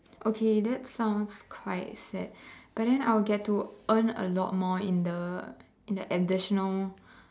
okay that's sounds quite sad but then I will get to earn a lot more in the in the additionally